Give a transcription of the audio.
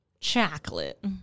chocolate